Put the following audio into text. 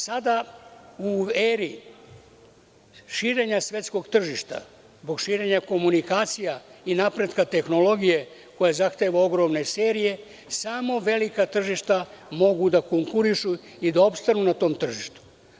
Sada u eri širenja svetskog tržišta, zbog širenja komunikacija i napretka tehnologije, koja zahteva ogromne serije, samo velika tržišta mogu da konkurišu i da opstanu na tom tržištu.